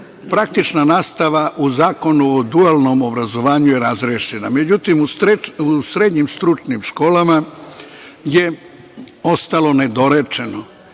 praktična nastava u Zakonu o dualnom obrazovanju je razrešena. Međutim, u srednjim stručnim školama je ostalo nedorečeno,